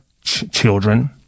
children